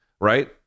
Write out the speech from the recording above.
right